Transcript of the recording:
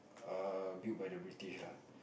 err built by the British lah